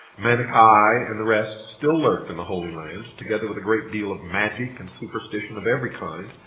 manichae and the rest still lurked in the holy land, together with a great deal of magic and superstition of every kind,